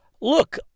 look—